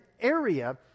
area